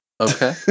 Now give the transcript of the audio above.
Okay